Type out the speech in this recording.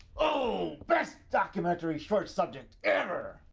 oooooh, best documentary short subject ever!